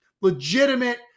legitimate